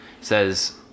says